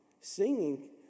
singing